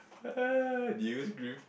did you scream